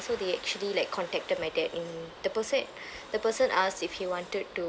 so they actually like contacted my dad in the person the person asked if he wanted to